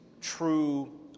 true